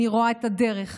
אני רואה את הדרך,